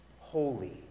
holy